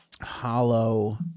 hollow